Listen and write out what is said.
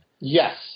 Yes